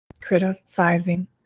criticizing